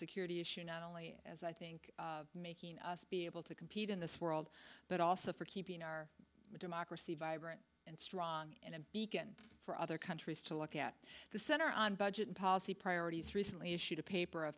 security issue not only as i think making us be able to compete in this world but also for keeping our democracy vibrant and strong in a beacon for other countries to look at the center on budget and policy priorities recently issued a paper